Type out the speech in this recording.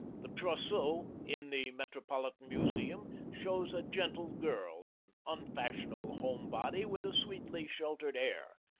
the trousseau in the metropolitan museum shows a gentle girl, an unfashionable home-body with a sweetly sheltered air.